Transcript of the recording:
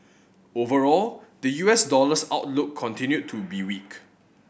overall the U S dollar's outlook continued to be weak